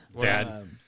Dad